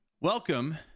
Welcome